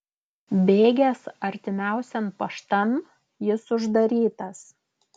bėgęs artimiausian paštan jis uždarytas